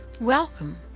Welcome